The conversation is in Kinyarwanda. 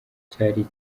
cyari